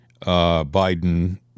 Biden